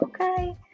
okay